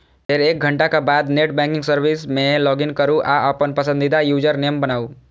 फेर एक घंटाक बाद नेट बैंकिंग सर्विस मे लॉगइन करू आ अपन पसंदीदा यूजरनेम बनाउ